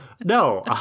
No